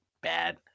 bad